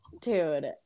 dude